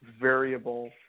variable